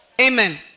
amen